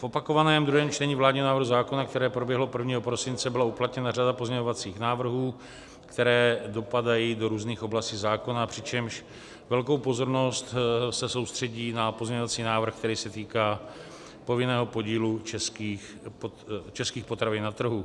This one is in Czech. V opakovaném druhém čtení vládního návrhu zákona, které proběhlo 1. prosince, byla uplatněna řada pozměňovacích návrhů, které dopadají do různých oblastí zákona, přičemž velká pozornost se soustředí na pozměňovací návrh, který se týká povinného podílu českých potravin na trhu.